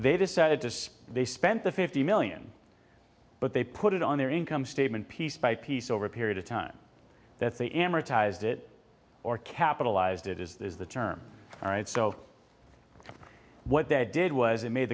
they decided to they spent the fifty million but they put it on their income statement piece by piece over a period of time that they amortized it or capitalized it is the term all right so what they did was it made